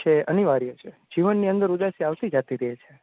કે અનિવાર્ય છે જીવનમાં ઉદાસી આવતી રેતી હોય છે